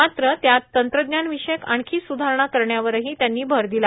मात्र त्यात तंत्रज्ञानविषयक आणखी सुधारणा करण्यावरही त्यांनी भर दिला